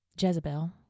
Jezebel